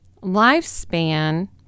lifespan